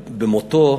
במותו,